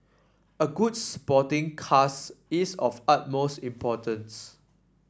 a good supporting cast is of utmost importance